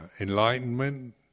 enlightenment